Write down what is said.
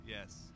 yes